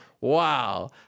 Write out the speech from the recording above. Wow